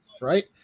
right